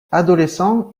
adolescent